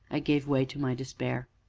i gave way to my despair.